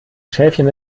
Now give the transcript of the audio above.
schäfchen